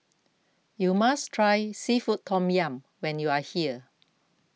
you must try Seafood Tom Yum when you are here